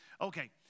Okay